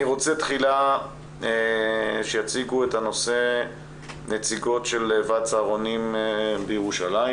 אני רוצה תחילה שיציגו את הנושא נציגות של ועד צהרונים בירושלים,